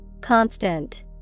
Constant